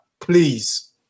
Please